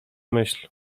myśl